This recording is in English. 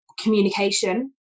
communication